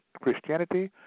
Christianity